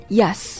Yes